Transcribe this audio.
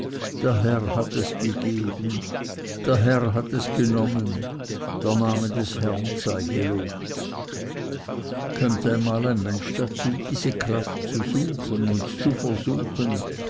der herr hat es gegeben der herr hat es genommen der name des herrn sei gelobt kömmt einmal der mensch dazu diese kraft zu suchen und zu versuchen